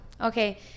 okay